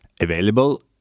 available